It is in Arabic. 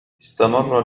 استمر